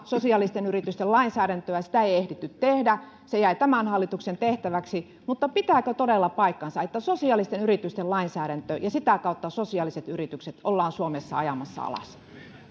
sosiaalisten yritysten lainsäädäntöä sitä ei ehditty tehdä se jäi tämän hallituksen tehtäväksi mutta pitääkö todella paikkansa että sosiaalisten yritysten lainsäädäntö ja sitä kautta sosiaaliset yritykset ollaan suomessa ajamassa alas